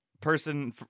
Person